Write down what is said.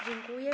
Dziękuję.